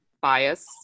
bias